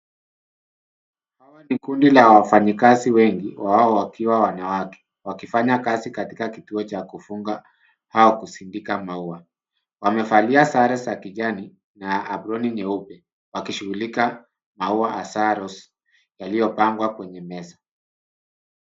Hawa ni kundi la wafanyikazi wengi wao wakiwa wanawake wakifanya kazi katika kituo cha kufunga au kusindika maua. Wamevalia sare za kijani na aproni nyeupe wakishughulika maua hasa Rose yaliyopangwa kwenye meza.